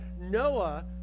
Noah